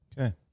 Okay